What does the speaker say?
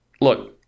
Look